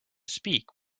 speak